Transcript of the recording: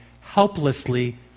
helplessly